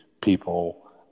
people